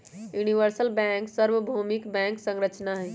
universal bank सर्वभौमिक bank संरचना हई